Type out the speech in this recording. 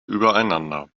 übereinander